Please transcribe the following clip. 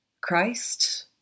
Christ